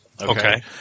Okay